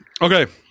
okay